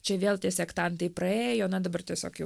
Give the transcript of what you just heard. čia vėl tie sektantai praėjo na dabar tiesiog jau